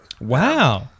Wow